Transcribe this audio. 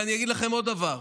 אני אגיד לכם עוד דבר: